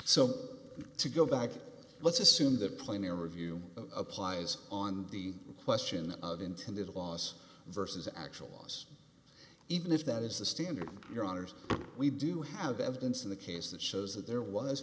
so to go back let's assume that player review applies on the question of intended a loss versus actual loss even if that is the standard your honors we do have evidence in the case that shows that there was